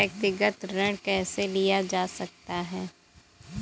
व्यक्तिगत ऋण कैसे लिया जा सकता है?